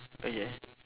okay